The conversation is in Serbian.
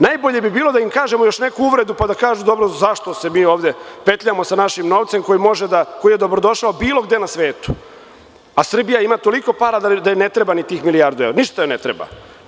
Najbolje bi bilo da im kažemo još neku uvredu i da kažu – dobro, zašto se mi ovde petljamo sa našim novcem koji je dobrodošao bilo gde na svetu, a Srbija ima toliko para da joj ne treba ni tih milijardu evra, ništa joj ne treba.